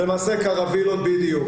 זה למעשה קרווילות, בדיוק.